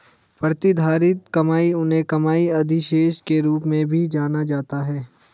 प्रतिधारित कमाई उन्हें कमाई अधिशेष के रूप में भी जाना जाता है